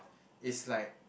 it's like